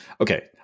Okay